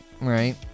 right